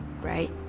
right